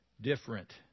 different